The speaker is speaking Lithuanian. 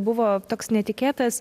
buvo toks netikėtas